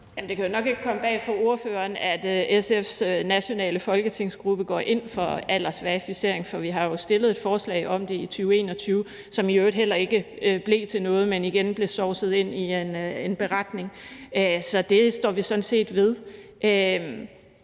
Det kan jo nok ikke komme bag på ordføreren, at SF's nationale folketingsgruppe går ind for aldersverificering, for vi har jo fremsat et forslag om det i 2021, som i øvrigt heller ikke blev til noget, men igen blev sovset ind i en beretning. Så det står vi sådan set ved.